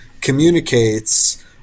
communicates